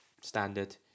Standard